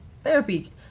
therapy